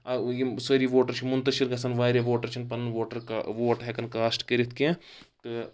یِم سٲری ووٹر چھ مُنتَشِر گژھان واریاہ ووٹر چھِنہٕ پَنُن ووٹر ووٹ ہؠکان کاسٹ کٔرِتھ کینٛہہ